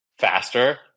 faster